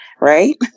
Right